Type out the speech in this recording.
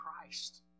Christ